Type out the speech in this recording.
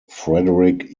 frederick